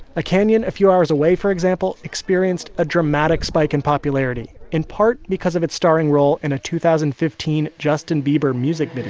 a canyon a few hours away, for example, experienced a dramatic spike in popularity in part because of its starring role in a two thousand and fifteen justin bieber music but